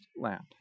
land